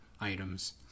items